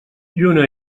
lluna